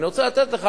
ואני רוצה שתדע,